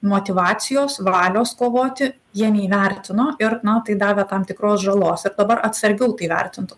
motyvacijos valios kovoti jie neįvertino ir na tai davė tam tikros žalos ir dabar atsargiau tai vertintų